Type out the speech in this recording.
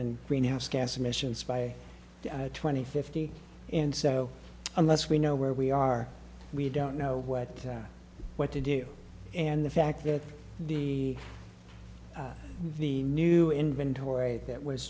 in greenhouse gas emissions by twenty fifty and so unless we know where we are we don't know what what to do and the fact that the the new inventory that was